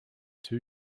two